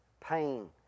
pain